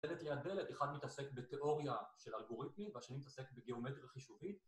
דלת ליד דלת, אחד מתעסק בתיאוריה של אלגוריתמים והשני מתעסק בגיאומטריה חישובית